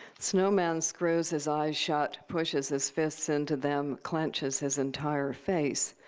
snowman screws his eyes shut, pushes his fists into them, clenches his entire face.